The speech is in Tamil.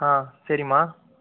ஆ சரிம்மா